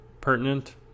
pertinent